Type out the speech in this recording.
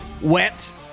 Wet